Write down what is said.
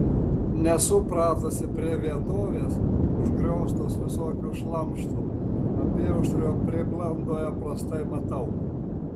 nesu pratusi prie vietovės užgrioztos visokiu šlamštu apyaušrio prieblandoje prastai matau